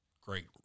great